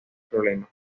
problema